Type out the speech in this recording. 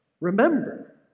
Remember